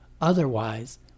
otherwise